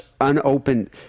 unopened